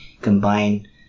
combine